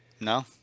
No